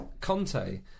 Conte